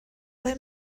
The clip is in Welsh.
ble